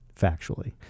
factually